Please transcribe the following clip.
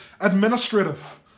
administrative